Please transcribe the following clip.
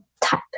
type